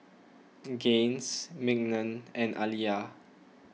Gaines Mignon and Aliyah